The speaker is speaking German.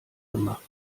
gemacht